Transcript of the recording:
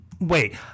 Wait